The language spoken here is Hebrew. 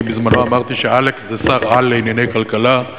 אני בזמנו אמרתי שעלֵכּ זה שר-על לענייני כלכלה,